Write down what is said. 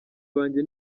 banjye